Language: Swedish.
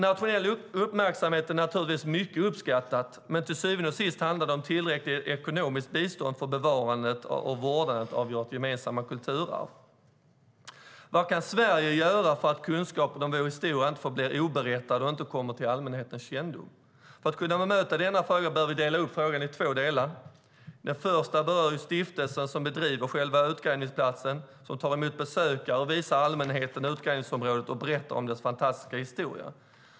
Nationell uppmärksamhet är naturligtvis mycket uppskattat, men till syvende och sist handlar det om tillräckligt ekonomiskt bistånd för bevarandet och vårdandet av vårt gemensamma kulturarv. Vad kan Sverige göra för att kunskapen om vår historia inte ska förbli oberättad utan komma till allmänhetens kännedom? För att kunna bemöta frågan behöver vi dela upp den i två delar. Den ena berör den stiftelse som driver själva utgrävningsplatsen, tar emot besökare och visar allmänheten utgrävningsområdet och berättar om dess fantastiska historia.